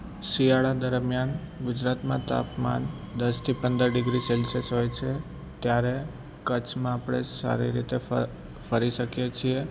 શિયાળા દરમિયાન ગુજરાતમાં તાપમાન દસથી પંદર ડિગ્રી સેલ્સિયસ હોય છે ત્યારે કચ્છમાં આપણે સારી રીતે ફ ફરી શકીએ છીએ